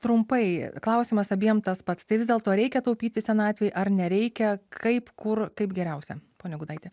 trumpai klausimas abiem tas pats tai vis dėlto reikia taupyti senatvei ar nereikia kaip kur kaip geriausia pone gudaiti